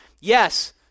Yes